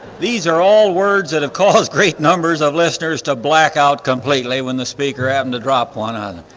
these are all words that have caused great numbers of listeners to blackout completely when the speaker happened to drop one on